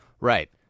Right